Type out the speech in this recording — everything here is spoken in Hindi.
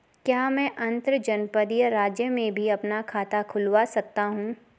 क्या मैं अंतर्जनपदीय राज्य में भी अपना खाता खुलवा सकता हूँ?